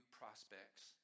prospects